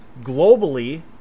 globally